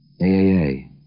AAA